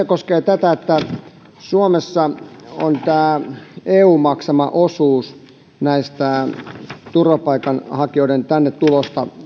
koskee tätä että suomessa on tämä eun maksama osuus turvapaikanhakijoiden tänne tulosta